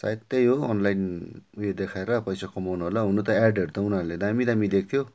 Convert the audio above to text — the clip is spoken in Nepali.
सायद त्यही हो अनलाइन उयो देखाएर पैसा कमाउन होला हुनु त एडहरू त उनीहरूले दामी दामी दिएको थियो